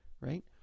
right